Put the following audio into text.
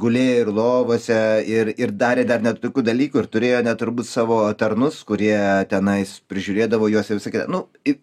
gulėjo lovose ir ir darė dar net tokių dalykų ir turėjo net turbūt savo tarnus kurie tenais prižiūrėdavo juos ir sakyda nu į